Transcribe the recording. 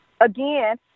again